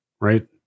right